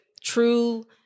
true